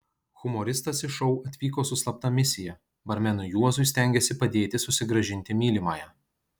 humoristas į šou atvyko su slapta misija barmenui juozui stengėsi padėti susigrąžinti mylimąją